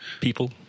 People